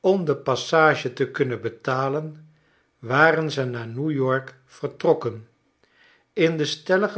om de passage te kunnen betalen waren ze naar newyork vertrokken in de stellige